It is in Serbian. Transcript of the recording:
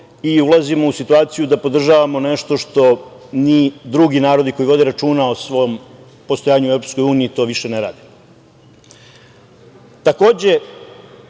i ulazimo u situaciju da podržavamo nešto što ni drugi narodi koji vode računa o svom postojanju u EU to više ne